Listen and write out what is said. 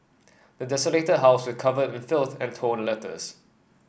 the desolated house was covered in filth and torn letters